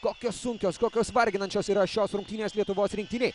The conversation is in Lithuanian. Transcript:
kokios sunkios kokios varginančios yra šios rungtynės lietuvos rinktinei